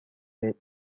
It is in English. fit